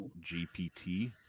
GPT